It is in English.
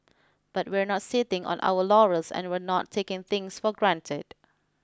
but we're not sitting on our laurels and we're not taking things for granted